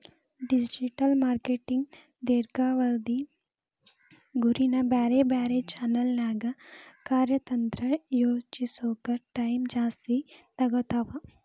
digital marketing ದೇರ್ಘಾವಧಿ ಗುರಿನ ಬ್ಯಾರೆ ಬ್ಯಾರೆ ಚಾನೆಲ್ನ್ಯಾಗ ಕಾರ್ಯತಂತ್ರ ಯೋಜಿಸೋಕ ಟೈಮ್ ಜಾಸ್ತಿ ತೊಗೊತಾವ